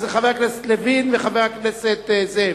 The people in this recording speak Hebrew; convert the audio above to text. אז חבר הכנסת לוין וחבר הכנסת זאב.